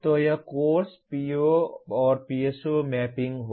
तो यह course POPSO mapping है